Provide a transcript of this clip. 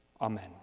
Amen